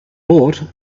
bought